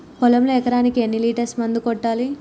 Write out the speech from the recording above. పొలంలో ఎకరాకి ఎన్ని లీటర్స్ మందు కొట్టాలి?